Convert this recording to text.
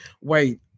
wait